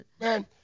Man